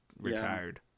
retired